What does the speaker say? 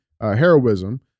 heroism